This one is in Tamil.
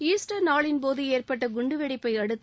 ஈஸ்டர் நாளில் போது ஏற்பட்ட குண்டுவெடிப்பை அடுத்து